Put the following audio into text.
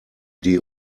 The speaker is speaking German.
die